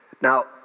now